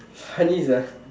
funny sia